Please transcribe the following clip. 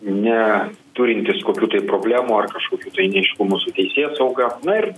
ne turintis kokių tai problemų ar kažkokių tai neaiškumų su teisėsauga na ir